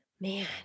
Man